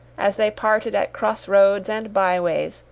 as they parted at cross-roads and bye-ways,